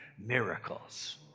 miracles